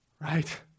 right